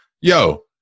Yo